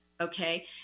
Okay